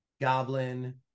Goblin